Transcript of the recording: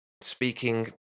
speaking